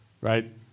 right